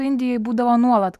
indijoj būdavo nuolat